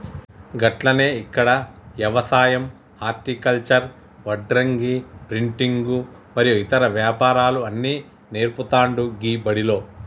గట్లనే ఇక్కడ యవసాయం హర్టికల్చర్, వడ్రంగి, ప్రింటింగు మరియు ఇతర వ్యాపారాలు అన్ని నేర్పుతాండు గీ బడిలో